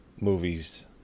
movies